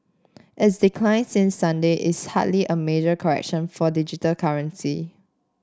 its decline since Sunday is hardly a major correction for digital currency